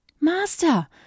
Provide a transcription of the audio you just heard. Master